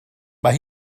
mae